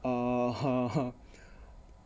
err